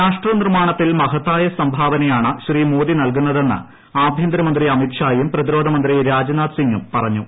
രാഷ്ട്ര നിർമ്മാണത്തിൽ മഹത്തായ സംഭാവനയാണ് ശ്രീ മോദി നൽകുന്നതെന്ന് ആഭ്യന്തര മന്ത്രി അമിത്ഷായും പ്രതിരോധ മന്ത്രി രാജ്നാഥ് സിംഗും പറഞ്ഞു